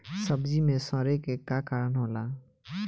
सब्जी में सड़े के का कारण होला?